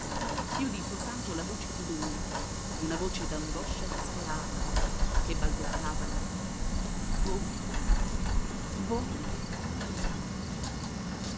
si udì soltanto la voce di lui una voce d'angoscia disperata che balbettava voi voi qui